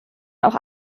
auch